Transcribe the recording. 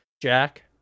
Jack